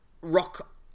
rock